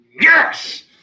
Yes